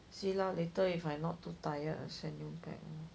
see lah later if I not too tired I send you back ah